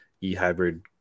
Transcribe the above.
e-hybrid